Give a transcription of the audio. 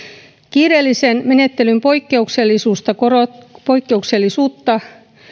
kiireellisen menettelyn poikkeuksellisuutta korostaa poikkeuksellisuutta